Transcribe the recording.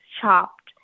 chopped